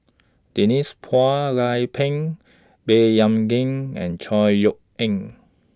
Denise Phua Lay Peng Baey Yam Keng and Chor Yeok Eng